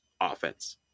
offense